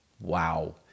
Wow